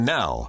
now